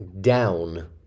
down